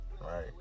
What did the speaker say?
right